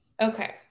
Okay